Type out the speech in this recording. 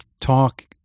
talk